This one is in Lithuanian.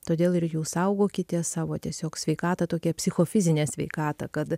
todėl ir jūs saugokite savo tiesiog sveikatą tokią psichofizinę sveikatą kad